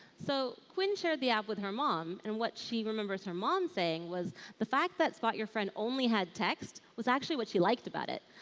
so quinn shared the app with her mom and what she remembers her mom saying was the fact that spot your friend only had text was actually what she liked about it.